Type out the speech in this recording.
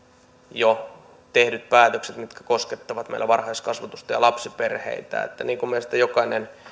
jo tehdyt päätökset mitkä koskettavat meillä varhaiskasvatusta ja lapsiperheitä niin kuin meistä jokainen